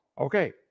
Okay